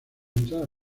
entrada